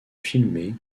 filmée